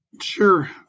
Sure